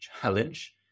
challenge